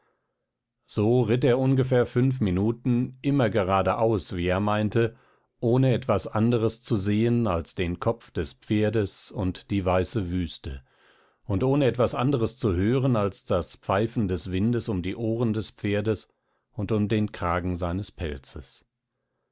so ritt er ungefähr fünf minuten immer geradeaus wie er meinte ohne etwas anderes zu sehen als den kopf des pferdes und die weiße wüste und ohne etwas anderes zu hören als das pfeifen des windes um die ohren des pferdes und um den kragen seines pelzes